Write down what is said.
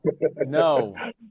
no